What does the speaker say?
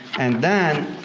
and then